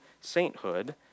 sainthood